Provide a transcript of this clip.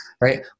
right